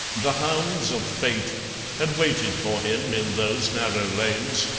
the hounds of fate had waited for him in those narrow lanes,